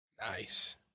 Nice